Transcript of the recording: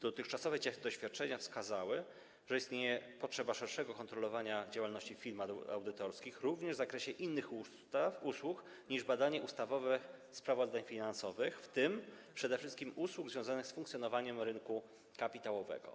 Dotychczasowe doświadczenia wskazały, że istnieje potrzeba szerszego kontrolowania działalności firm audytorskich, również w zakresie innych usług niż badanie ustawowe sprawozdań finansowych, w tym przede wszystkim usług związanych z funkcjonowaniem rynku kapitałowego.